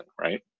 right